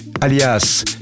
alias